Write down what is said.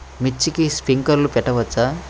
మిర్చికి స్ప్రింక్లర్లు పెట్టవచ్చా?